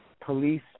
police